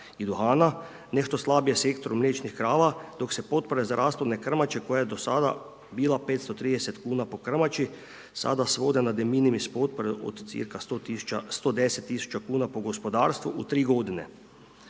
i duhana, nešto slabije sektoru mliječnih krava, dok se potpore za rasplodne krmače koja je do sada bila 530 kuna po krmači sada svode na deminimis potpore od cca 110 000 kuna po gospodarstvu u 3 godine,